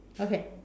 okay